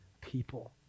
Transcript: people